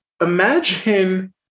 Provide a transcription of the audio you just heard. imagine